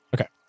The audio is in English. Okay